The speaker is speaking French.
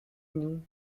nous